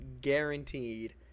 guaranteed